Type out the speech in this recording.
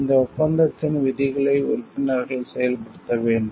இந்த ஒப்பந்தத்தின் விதிகளை உறுப்பினர்கள் செயல்படுத்த வேண்டும்